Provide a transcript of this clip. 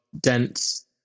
dense